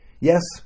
Yes